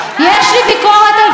יש לי ביקורת על פסיקות,